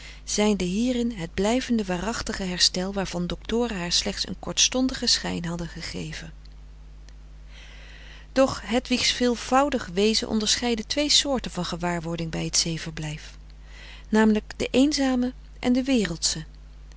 zijnde hierin het blijvende waarachtige herstel waarvan doctoren haar slechts een kortstondigen schijn hadden gegeven doch hedwigs veelvoudig wezen onderscheidde twee soorten van gewaarwording bij het zee verblijf namelijk de eenzame en de wereldsche